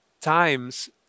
times